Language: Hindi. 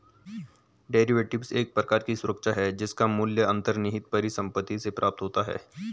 डेरिवेटिव्स एक प्रकार की सुरक्षा है जिसका मूल्य अंतर्निहित परिसंपत्ति से प्राप्त होता है